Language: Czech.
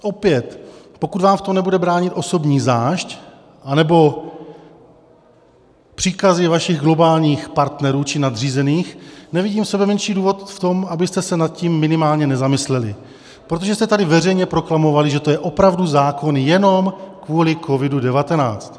Opět, pokud vám v tom nebude bránit osobní zášť anebo příkazy vašich globálních partnerů či nadřízených, nevidím sebemenší důvod v tom, abyste se nad tím minimálně nezamysleli, protože jste tady veřejně proklamovali, že to je opravdu zákon jenom kvůli COVID19.